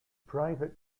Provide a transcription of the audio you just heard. private